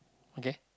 okay